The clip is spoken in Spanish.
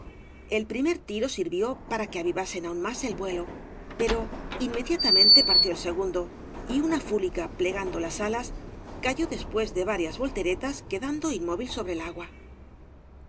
el primer tiro sirvió para que avivasen aún más el vuelo pero inmediatamente partid el segundo y una fúlica plegando las alas cayó después de varias volteretas quedando inmóvil sobre el agua